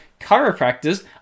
Chiropractors